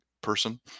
person